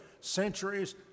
centuries